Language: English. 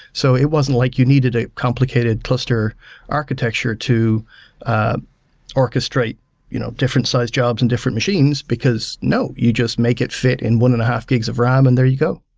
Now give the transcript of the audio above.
so it wasn't like you needed a complicated cluster architecture to ah orchestrate you know different size jobs in different machines because, no, you just make it fit in one and a half gigs of ram and there you go.